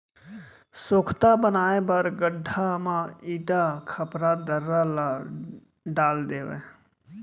सोख्ता बनाए बर गड्ढ़ा म इटा, खपरा, दर्रा ल डाल देवय